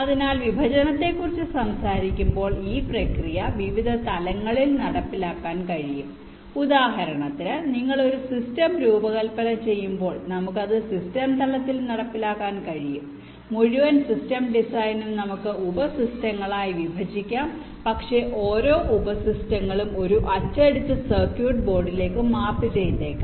അതിനാൽ വിഭജനത്തെക്കുറിച്ച് സംസാരിക്കുമ്പോൾ ഈ പ്രക്രിയ വിവിധ തലങ്ങളിൽ നടപ്പിലാക്കാൻ കഴിയും ഉദാഹരണത്തിന് നിങ്ങൾ ഒരു സിസ്റ്റം രൂപകൽപ്പന ചെയ്യുമ്പോൾ നമുക്ക് അത് സിസ്റ്റം തലത്തിൽ നടപ്പിലാക്കാൻ കഴിയും മുഴുവൻ സിസ്റ്റം ഡിസൈനും നമുക്ക് ഉപസിസ്റ്റങ്ങളായി വിഭജിക്കാം പക്ഷേ ഓരോ ഉപസിസ്റ്റങ്ങളും ഒരു അച്ചടിച്ച സർക്യൂട്ട് ബോർഡിലേക്ക് മാപ്പ് ചെയ്തേക്കാം